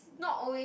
not always